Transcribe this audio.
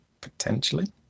Potentially